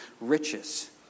riches